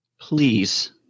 Please